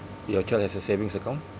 your child has a savings account